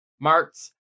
marks